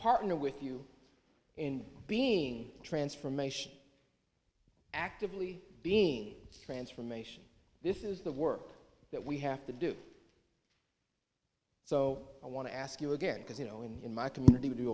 partner with you in being transformation actively being transformation this is the work that we have to do so i want to ask you again because you know in in my community w